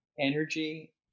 energy